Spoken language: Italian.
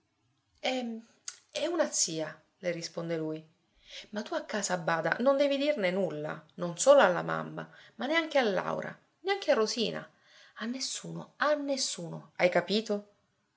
è è una zia le risponde lui ma tu a casa bada non devi dirne nulla non solo alla mamma ma neanche a laura neanche a rosina a nessuno a nessuno hai capito